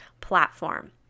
platform